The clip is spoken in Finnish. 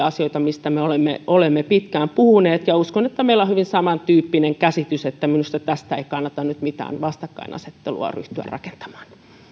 asioita mistä me olemme me olemme pitkään puhuneet ja uskon että meillä on hyvin samantyyppinen käsitys minusta tästä ei kannata nyt mitään vastakkainasettelua ryhtyä rakentamaan